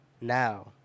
Now